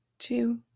two